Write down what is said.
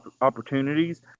opportunities